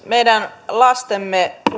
meidän lastemme